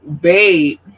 Babe